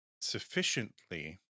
sufficiently